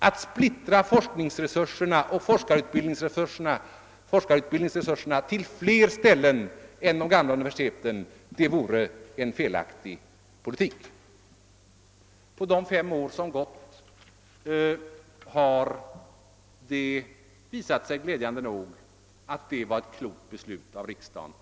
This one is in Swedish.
Att splittra forskarutbildningsresurserna till fler ställen än de gamla universiteten vore en felaktig politik. På de fem år som gått har det glädjande nog visat sig att detta var ett klokt beslut av riksdagen.